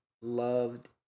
loved